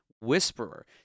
whisperer